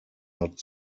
not